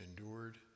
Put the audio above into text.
endured